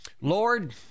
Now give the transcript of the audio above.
Lord